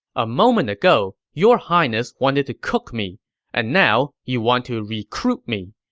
a moment ago, your highness wanted to cook me and now, you want to recruit me.